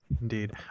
Indeed